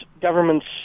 governments